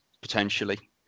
potentially